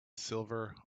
silver